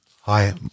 Hi